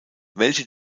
welche